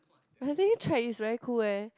I think trek is very cool eh